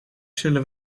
zullen